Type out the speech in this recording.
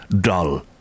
dull